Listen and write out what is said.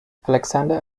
alexander